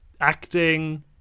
acting